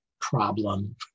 problem